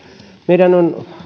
meidän on